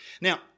Now